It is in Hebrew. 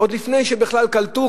עוד לפני שבכלל קלטו,